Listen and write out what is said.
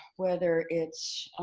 whether it's